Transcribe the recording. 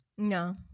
No